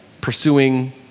pursuing